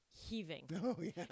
Heaving